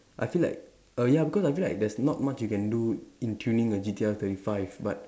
I feel like err ya because I feel like there's not much you can do in tuning a G_T_R thirty five but